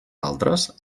altres